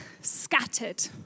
scattered